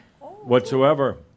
whatsoever